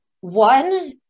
One